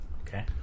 Okay